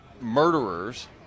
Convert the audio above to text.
murderers